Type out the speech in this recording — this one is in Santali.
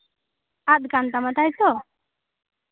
ᱟᱫ ᱠᱟᱱ ᱛᱟᱢᱟ ᱛᱟᱭᱛᱚ